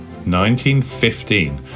1915